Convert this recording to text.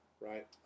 Right